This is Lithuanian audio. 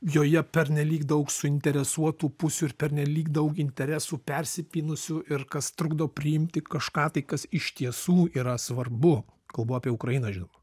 joje pernelyg daug suinteresuotų pusių ir pernelyg daug interesų persipynusių ir kas trukdo priimti kažką tai kas iš tiesų yra svarbu kalbu apie ukrainą žinoma